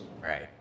Right